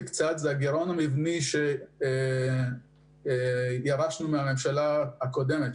הגירעון המבני שירשנו מהממשלה הקודמת,